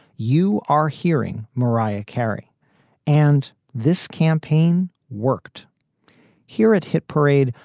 you are hearing mariah carey and this campaign worked here at hit parade.